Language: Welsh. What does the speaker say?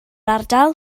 ardal